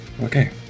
Okay